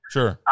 Sure